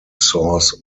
source